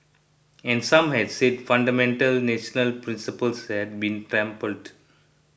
and some had said fundamental national principles had been trampled